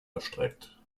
erstreckt